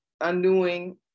undoing